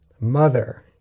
mother